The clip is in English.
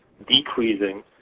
Decreasing